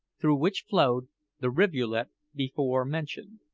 through which flowed the rivulet before mentioned.